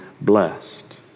blessed